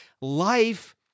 life